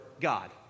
God